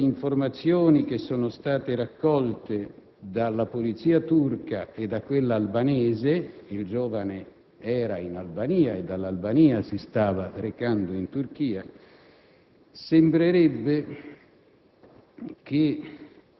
Secondo le informazioni che sono state raccolte dalla polizia turca e da quella albanese (il giovane era in Albania e dall'Albania si stava recando in Turchia), sembrerebbe